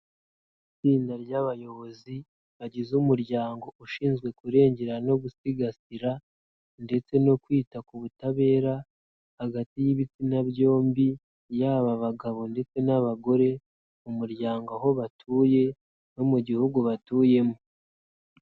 Itsinda ry'abayobozi bagize umuryango ushinzwe kurengera no gusigasira ndetse no kwita ku butabera hagati y'ibitsina byombi, yaba bagabo ndetse n'abagore mu muryango, aho batuye no mu gihugu batuyemo.